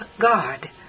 God